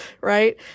Right